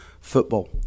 football